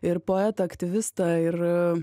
ir poetą aktyvistą ir